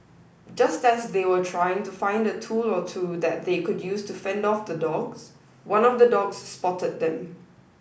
just as they were trying to find a tool or two that they could use to fend off the dogs one of the dogs spotted them